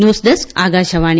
news desk Akashvani